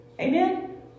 Amen